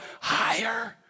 higher